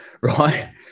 right